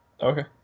Okay